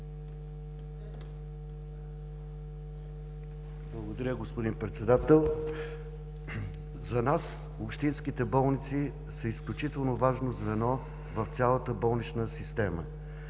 Благодаря, господин Председател. За нас общинските болници са изключително важно звено в цялата болнична система.